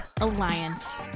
Alliance